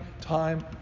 time